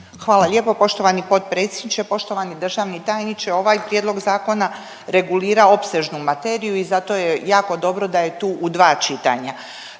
Hvala lijepo poštovani potpredsjedniče. Poštovani državni tajniče, ovaj prijedlog zakona regulira opsežnu materiju i zato je jako dobro da je tu u dva čitanja.